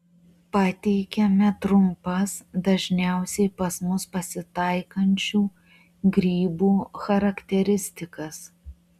pateikiame trumpas dažniausiai pas mus pasitaikančių grybų charakteristikas